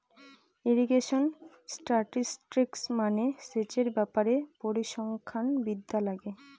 irrigation statistics মানে সেচের ব্যাপারে পরিসংখ্যান বিদ্যা লাগে